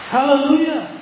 Hallelujah